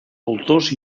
voltors